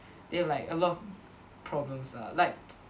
they have like a lo~ problems lah like